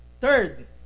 third